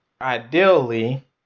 ideally